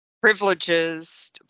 privileges